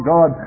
God